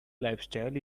lifestyle